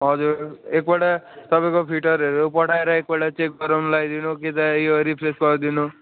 हजुर एकपल्ट तपाईँको फिटरहरू पठाएर एकपल्ट चेक गराउनु लाइदिनू कि त यो रिप्लेस गरिदिनू